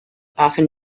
often